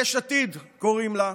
יש עתיד, קוראים לה,